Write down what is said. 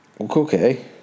okay